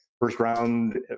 first-round